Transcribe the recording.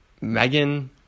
Megan